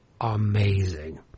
amazing